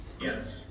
Yes